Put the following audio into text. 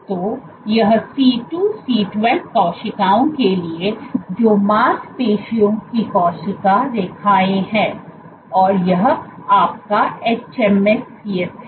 तो यह C2C12 कोशिकाओं के लिए है जो मांसपेशियों की कोशिका रेखाएं हैं और यह आपका hMSCs है